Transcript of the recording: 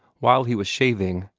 while he was shaving,